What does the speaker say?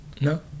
no